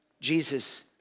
Jesus